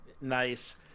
nice